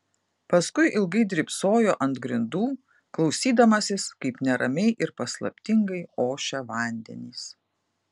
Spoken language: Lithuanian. paskui ilgai drybsojo ant grindų klausydamasis kaip neramiai ir paslaptingai ošia vandenys